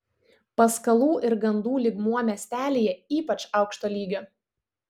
paskalų ir gandų lygmuo miestelyje ypač aukšto lygio